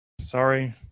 Sorry